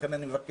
לכן אני מבקש